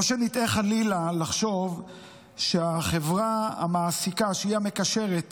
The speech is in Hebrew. לא שנטעה חלילה לחשוב שהחברה המעסיקה, שמקשרת